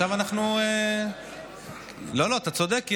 אתה צודק.